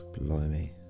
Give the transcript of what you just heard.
blimey